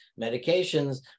medications